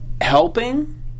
helping